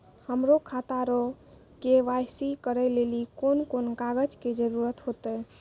हमरो खाता रो के.वाई.सी करै लेली कोन कोन कागज के जरुरत होतै?